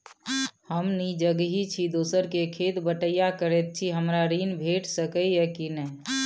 हम निजगही छी, दोसर के खेत बटईया करैत छी, हमरा ऋण भेट सकै ये कि नय?